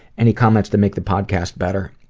any comments to make the podcast better?